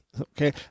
Okay